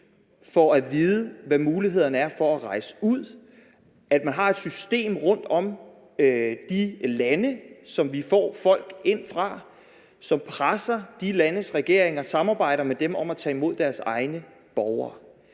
får at vide, hvad muligheden er for at rejse ud, og sikre, at man har et system rundt om de lande, som vi får folk ind fra, der presser de landes regeringer og samarbejder med dem om at tage imod deres egne borgere.